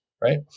right